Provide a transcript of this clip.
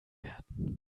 werden